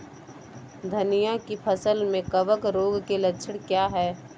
धनिया की फसल में कवक रोग के लक्षण क्या है?